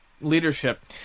leadership